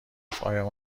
گفتآیا